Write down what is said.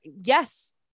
Yes